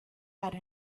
had